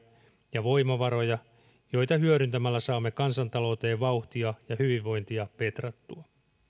ja voimavaroja joita hyödyntämällä saamme kansantalouteen vauhtia ja hyvinvointia petrattua